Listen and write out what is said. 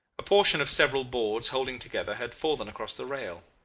a portion of several boards holding together had fallen across the rail,